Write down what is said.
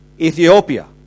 Ethiopia